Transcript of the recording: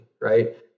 Right